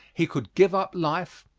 he could give up life,